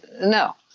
no